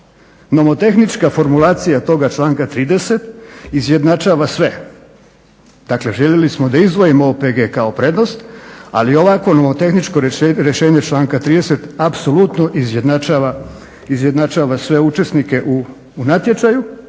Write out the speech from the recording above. nomotehnička formulacija toga članka 30. izjednačava sve. Dakle, željeli smo da izdvojimo OPG kao prednost ali ovako nomotehničko rješenje članka 30. apsolutno izjednačava sve učesnike u natječaju,